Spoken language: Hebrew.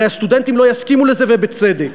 הרי הסטודנטים לא יסכימו לזה, ובצדק.